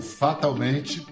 fatalmente